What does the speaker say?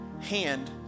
hand